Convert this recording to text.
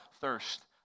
thirst